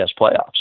playoffs